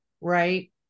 Right